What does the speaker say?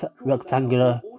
rectangular